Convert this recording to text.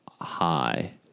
high